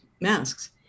masks